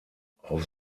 auf